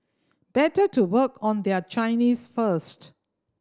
better to work on their Chinese first